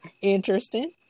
interesting